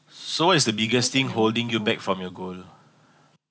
so what is the biggest thing holding you back from your goal